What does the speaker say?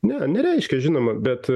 ne nereiškia žinoma bet